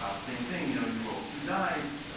ah same thing, you know you roll two dice.